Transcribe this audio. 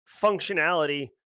functionality